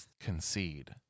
concede